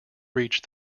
reach